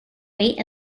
weight